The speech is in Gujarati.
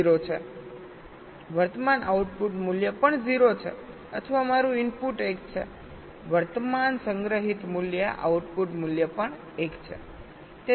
વર્તમાન આઉટપુટ મૂલ્ય પણ 0 છે અથવા મારું ઇનપુટ 1 છેવર્તમાન સંગ્રહિત મૂલ્ય આઉટપુટ મૂલ્ય પણ 1 છે